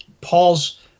Paul's